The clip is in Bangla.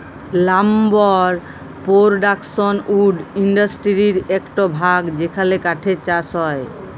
লাম্বার পোরডাকশন উড ইন্ডাসটিরির একট ভাগ যেখালে কাঠের চাষ হয়